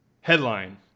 Headline